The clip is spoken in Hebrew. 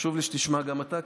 חשוב לי שתשמע גם אתה,